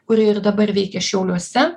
kurie ir dabar veikia šiauliuose